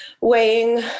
weighing